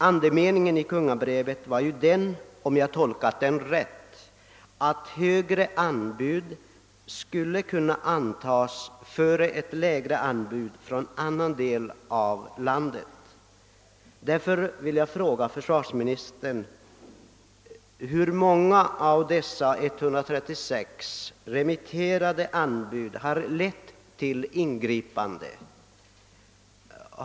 Andemeningen i kungabrevet var ju — om jag tolkat den rätt — att högre anbud, avlämnade från företag i Norrland, skulle kunna antas före lägre anbud från annan del av landet. Jag vill därför fråga försvarsministern hur många av de 136 remitterade anbuden som föranlett ingripande.